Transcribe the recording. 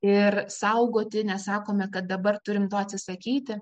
ir saugoti nesakome kad dabar turim to atsisakyti